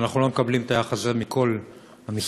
ואנחנו לא מקבלים את היחס הזה מכל המשרדים.